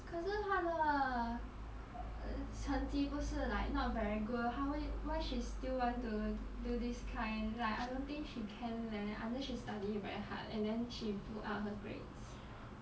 可是她的 err 成绩不是 like not very good lor 她会 why she still want to d~ do this kind like I don't think she can leh unless she study very hard and then she pull up her grades